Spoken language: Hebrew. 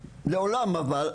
לעולם אבל,